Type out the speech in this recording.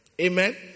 Amen